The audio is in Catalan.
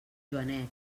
joanet